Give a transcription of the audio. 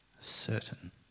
certain